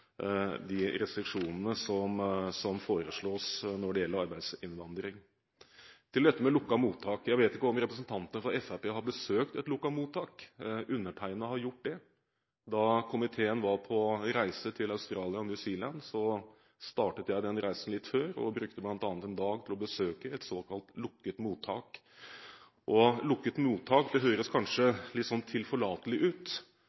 de restriksjonene som foreslås når det gjelder arbeidsinnvandring. Til dette med lukkede mottak: Jeg vet ikke om representanter for Fremskrittspartiet har besøkt et lukket mottak. Undertegnede har gjort det. Da komiteen var på reise til Australia og New Zealand, startet jeg den reisen litt før og brukte bl.a. en dag til å besøke et såkalt lukket mottak. Lukket mottak høres kanskje litt tilforlatelig ut,